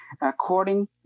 according